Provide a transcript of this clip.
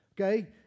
Okay